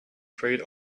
trade